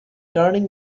turning